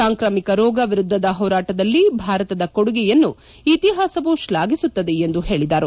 ಸಾಂಕ್ರಾಮಿಕ ರೋಗದ ವಿರುದ್ದದ ಹೋರಾಟದಲ್ಲಿ ಭಾರತದ ಕೊಡುಗೆಯನ್ನು ಇತಿಹಾಸವು ಶ್ಲಾಘಿಸುತ್ತದೆ ಎಂದು ಹೇಳದರು